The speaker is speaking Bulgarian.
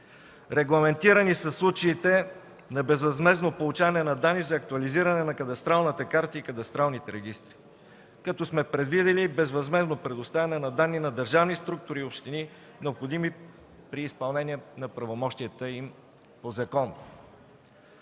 Регламентирани са случаите на безвъзмездно получаване на данни за актуализиране на кадастралната карта и кадастралните регистри, като сме предвидили безвъзмездно предоставяне на данни на държавни структури, общини, необходими при изпълнение на правомощията им по закон.